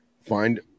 find